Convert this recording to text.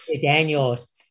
Daniels